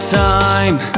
time